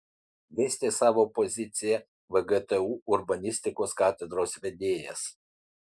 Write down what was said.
dėstė savo poziciją vgtu urbanistikos katedros vedėjas